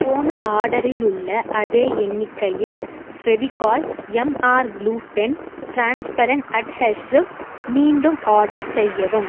போன ஆர்டரில் உள்ள அதே எண்ணிக்கையில் Fevicol MR glue pen transparent adhesive மீண்டும் ஆர்டர் செய்யவும்